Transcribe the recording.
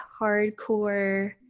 hardcore